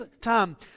time